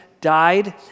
died